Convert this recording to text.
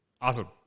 awesome